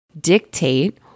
dictate